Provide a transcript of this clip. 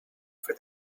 for